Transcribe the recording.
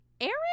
Aaron